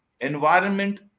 environment